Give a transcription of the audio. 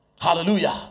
hallelujah